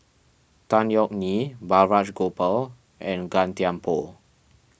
Tan Yeok Nee Balraj Gopal and Gan Thiam Poh